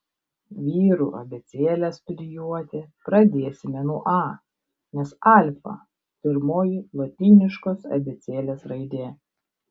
vyrų abėcėlę studijuoti pradėsime nuo a nes alfa pirmoji lotyniškos abėcėlės raidė